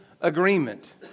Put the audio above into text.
agreement